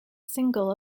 single